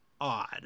odd